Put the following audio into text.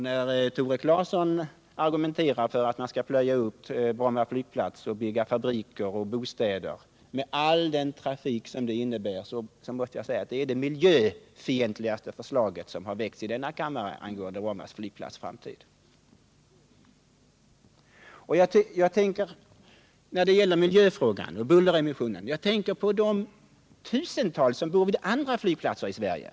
När Tore Claeson argumenterar för att man skall plöja upp Bromma 111 flygplats och bygga fabriker och bostäder med all den trafik som det innebär är det därför det mest miljöfientliga förslag som har väckts i denna kammare angående Bromma flygplats framtid. När det gäller bullerfrågan och bulleremissionerna tänker jag på de tusentals människor som bor vid andra flygplatser i Sverige.